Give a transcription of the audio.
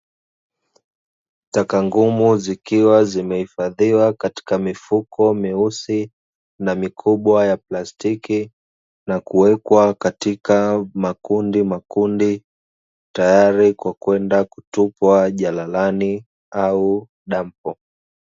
Taka ngumu zikiwa zimehifadhiwa katika mifuko meusi na mikubwa ya plastiki na kuwekwa katika makundimakundi tayari kwa kwenda kutupwa jalalani au dampo.